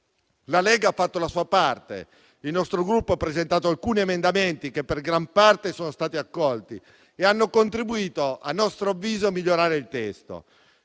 La Lega ha fatto la sua parte. Il nostro Gruppo ha presentato alcuni emendamenti che per gran parte sono stati accolti e hanno contribuito, a nostro avviso, a migliorare il testo.